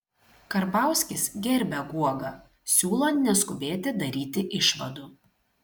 karbauskis gerbia guogą siūlo neskubėti daryti išvadų